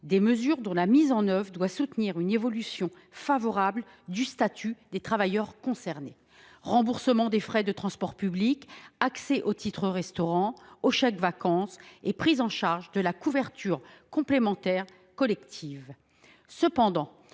des mesures dont la mise en œuvre doit soutenir une évolution favorable du statut des travailleurs concernés : remboursement des frais de transport public, accès aux titres restaurant et aux chèques vacances et prise en charge de la couverture complémentaire collective.